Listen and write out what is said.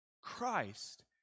Christ